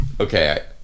Okay